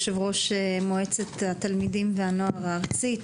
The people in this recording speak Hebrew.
יושב-ראש מועצת התלמידים והנוער הארצית.